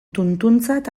tuntuntzat